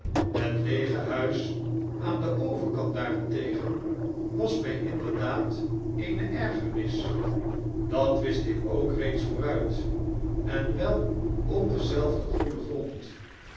het leege huis aan den overkant daarentegen was my inderdaad eene ergernis dat wist ik ook reeds vooruit en welopdenzelfdengoeden grond